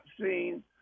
seen